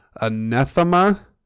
anathema